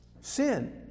Sin